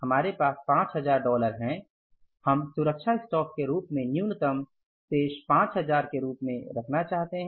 हमारे पास 5000 हैं हम सुरक्षा स्टॉक के रूप में न्यूनतम शेष 5000 के रूप में रखना चाहते हैं